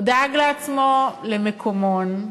הוא דאג לעצמו למקומון,